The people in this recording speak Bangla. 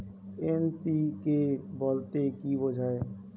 এন.পি.কে বলতে কী বোঝায়?